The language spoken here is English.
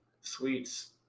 suites